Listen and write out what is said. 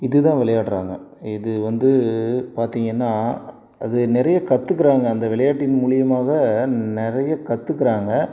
இது தான் விளையாடுறாங்க இது வந்து பார்த்திங்கன்னா அது நிறைய கத்துக்கிறாங்க அந்த விளையாட்டின் மூலிமாக நிறைய கத்துக்கிறாங்க